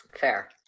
Fair